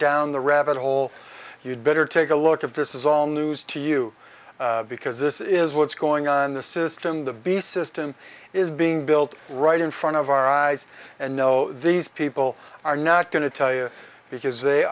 down the rabbit hole you'd better take a look if this is all news to you because this is what's going on the system the beast system is being built right in front of our eyes and know these people are not going to tell you because they